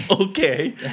Okay